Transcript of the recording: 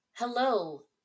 Hello